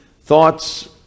thoughts